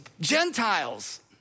Gentiles